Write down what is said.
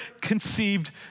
conceived